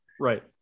Right